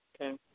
Okay